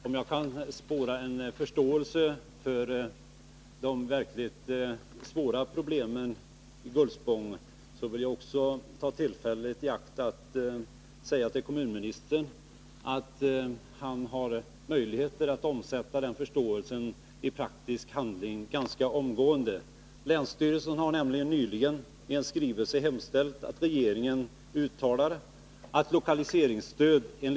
Skolstyrelsen i Uppsala har begärt att genom jämkningar i timplanen för Lgr 80 få inrätta s.k. musikklasser i grundskolan. Framställningen har i allt väsentligt tillstyrkts av länsskolnämnden.